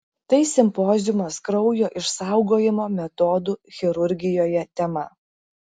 tai simpoziumas kraujo išsaugojimo metodų chirurgijoje tema